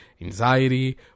anxiety